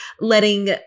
letting